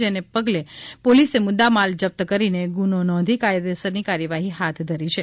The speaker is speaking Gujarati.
જેને પગલે પોલીસે મુદ્દામાલ જપ્ત કરીને ગુનો નોંધીને કાયદેસરની કાર્યવાહી હાથધરી છે